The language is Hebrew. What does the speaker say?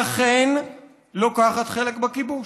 אכן לוקחת חלק בכיבוש.